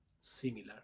similar